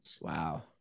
Wow